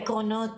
עקרונות